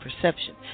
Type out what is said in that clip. perception